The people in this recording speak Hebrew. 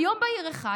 ביום בהיר אחד,